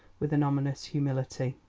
with an ominous humility.